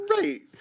right